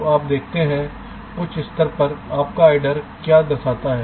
तो आप देखते हैं उच्चतम स्तर पर आपका एडर क्या दर्शाता है